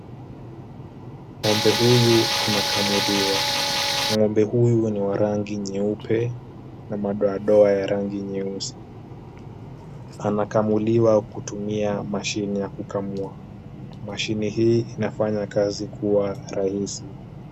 Ng'ombe huyu anakamuliwa. Ng'ombe huyu ni wa rangi nyeupe na madoadoa ya rangi nyeusi. Anakamuliwa kutumia mashine ya kukamua. Mashine hii inafanya kazi kuwa rahisi.